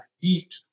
eat